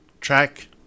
track